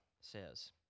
says